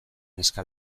neska